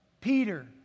Peter